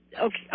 okay